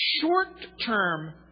short-term